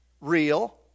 real